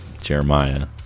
Jeremiah